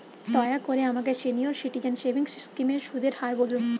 দয়া করে আমাকে সিনিয়র সিটিজেন সেভিংস স্কিমের সুদের হার বলুন